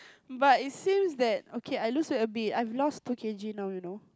but it seems that okay I lose weight a bit I've lost two K_G now you know